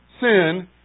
sin